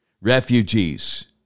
refugees